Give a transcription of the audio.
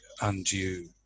undue